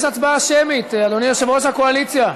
יש הצבעה שמית, אדוני יושב-ראש הקואליציה.